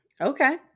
Okay